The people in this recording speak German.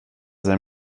sein